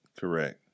Correct